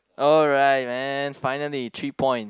alright man finally three point